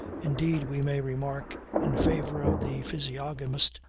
indeed, we may remark, in favor of the physiognomist,